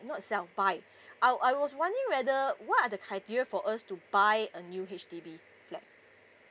not sell buy I I was wondering whether what are the criteria for us to buy a new H_D_B flat